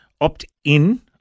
opt-in